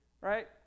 Right